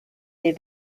des